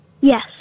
Yes